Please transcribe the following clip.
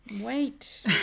Wait